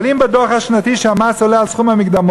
אבל אם בדוח השנתי שבו המס עולה על סכום המקדמות